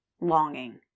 longing